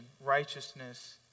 righteousness